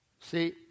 See